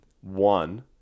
one